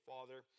Father